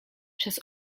przez